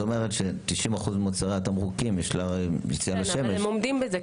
כלומר 90% ממוצרי התמרוקים יש יציאה לשמש- - הם עומדים בזה.